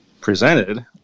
presented